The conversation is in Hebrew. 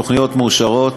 לפי תוכניות מאושרות,